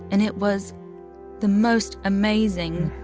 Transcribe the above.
and it was the most amazing,